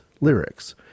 lyrics